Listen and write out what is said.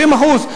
70%,